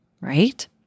right